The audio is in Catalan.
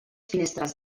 finestres